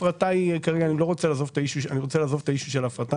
אני רוצה כרגע לעזוב את הנושא של ההפרטה,